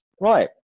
Right